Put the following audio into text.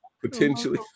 Potentially